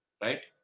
right